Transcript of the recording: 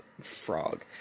frog